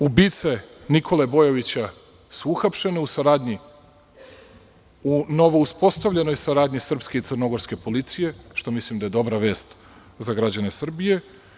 Ubice Nikole Bojovića su uhapšene u novouspostavljenoj saradnji između srpske i crnogorske policije, što mislim da je dobra vest za građane Srbije.